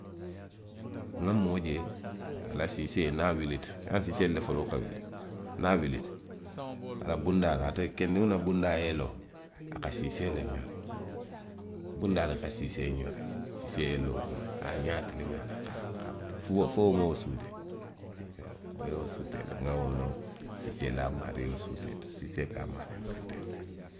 Nŋa doo je, a la siisselu, niŋ a wulita. i ye a loŋ siiseelu le foloo ka wuli. Niŋ a wilita. a la bundaa la. ate keendiŋo la bundaa yeloo, a ka siiseelu le je, bundaa la. A siiseelu ňori, siiseelu ye loo kuŋ a ye a ňaa tiliŋ a la haa. Nko wo ka wo suutee le. Nŋa wo loŋ siisee la a maario suutee la. Siisee ka a maario suutee le.